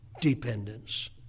Dependence